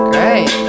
Great